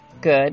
Good